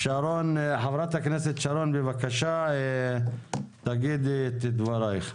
שרון, בבקשה, תגידי את דברייך.